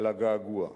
על הגעגוע,